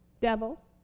devil